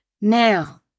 Now